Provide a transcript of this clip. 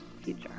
future